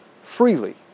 freely